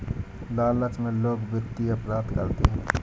लालच में लोग वित्तीय अपराध करते हैं